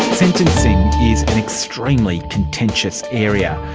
sentencing is an extremely contentious area.